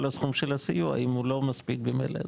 הסכום של הסיוע אם הוא לא מספיק ממילא.